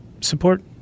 support